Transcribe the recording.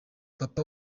papa